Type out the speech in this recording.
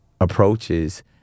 approaches